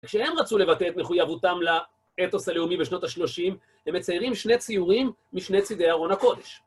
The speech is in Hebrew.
כשהם רצו לבטא את מחויבותם לאתוס הלאומי בשנות השלושים, הם מציירים שני ציורים משני צידי ארון הקודש.